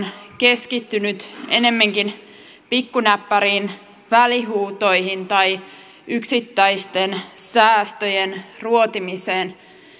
keskittynyt ennemminkin pikkunäppäriin välihuutoihin tai yksittäisten säästöjen ruotimiseen